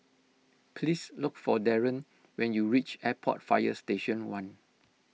please look for Darien when you reach Airport Fire Station one